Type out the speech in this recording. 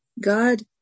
God